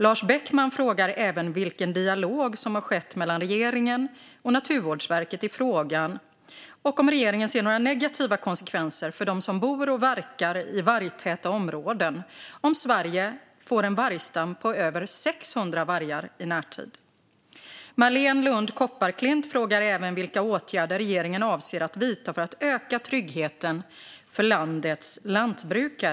Lars Beckman frågar även vilken dialog som skett mellan regeringen och Naturvårdsverket i frågan och om regeringen ser några negativa konsekvenser för dem som bor och verkar i vargtäta områden om Sverige får en vargstam på över 600 vargar i närtid. Marléne Lund Kopparklint frågar även vilka åtgärder regeringen avser att vidta för att öka tryggheten för landets lantbrukare.